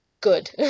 good